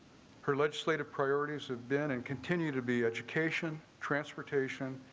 her legislative priorities have been and continue to be education, transportation,